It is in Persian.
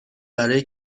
برای